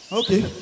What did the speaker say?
okay